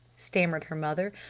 stammered her mother.